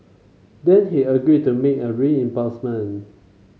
then he agreed to make a reimbursement